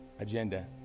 agenda